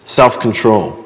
self-control